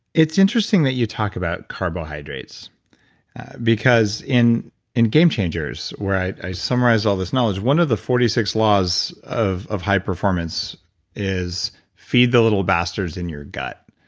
it's interesting that you talk about carbohydrates because in in game changers, where i summarize all this knowledge, one of the forty six laws of of high performance is feed the little bastards in your gut.